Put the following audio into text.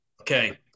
Okay